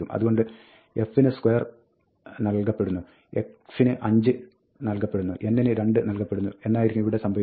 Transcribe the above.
അതുകൊണ്ട് f ന് square നൽകപ്പെടുന്നു x ന് 5 നൽകപ്പെടുന്നു n ന് 2 നൽകപ്പെടുന്നു എന്നായിരിക്കും ഇവിടെ സംഭവിക്കുന്നത്